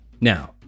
Now